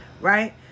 Right